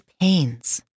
pains